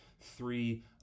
three